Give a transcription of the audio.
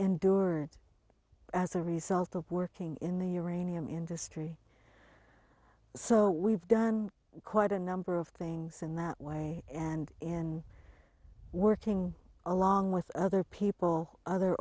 endured as a result of working in the uranium industry so we've done quite a number of things in that way and in working along with other people other